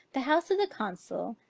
the house of the consul,